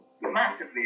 massively